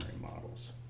models